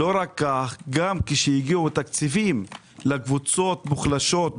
גם כשהגיעו תקציבים לקבוצות מוחלשות,